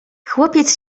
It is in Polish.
chłopiec